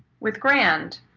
with grand,